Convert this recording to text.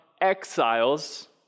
exiles